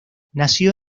nació